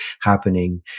happening